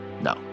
No